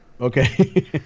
Okay